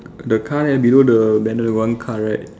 the car there below the then got one car right